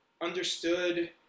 understood